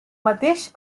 mateix